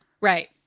right